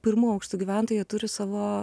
pirmų aukštų gyventojai jie turi savo